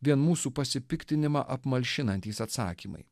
vien mūsų pasipiktinimą apmalšinantys atsakymai